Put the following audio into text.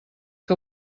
que